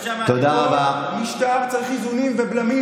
תודה רבה, חבר הכנסת יוראי להב הרצנו.